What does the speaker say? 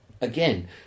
again